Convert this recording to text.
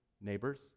neighbors